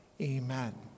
Amen